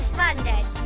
funded